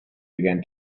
began